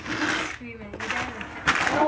I think it's free man you dare to catch